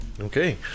Okay